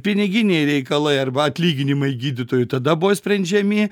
piniginiai reikalai arba atlyginimai gydytojų tada buvo sprendžiami